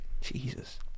Jesus